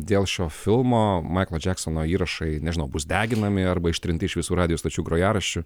dėl šio filmo maiklo džeksono įrašai nežinau bus deginami arba ištrinti iš visų radijo stočių grojaraščių